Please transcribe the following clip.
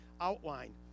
outline